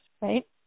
right